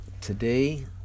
Today